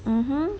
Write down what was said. mmhmm